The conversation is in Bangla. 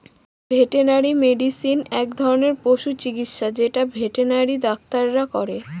ভেটেনারি মেডিসিন এক ধরনের পশু চিকিৎসা যেটা ভেটেনারি ডাক্তাররা করে